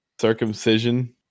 circumcision